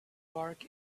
bark